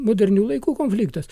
modernių laikų konfliktas